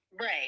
right